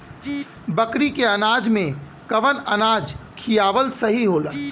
बकरी के अनाज में कवन अनाज खियावल सही होला?